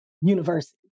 university